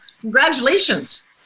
congratulations